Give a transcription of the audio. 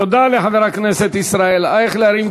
תודה לחבר הכנסת ישראל אייכלר.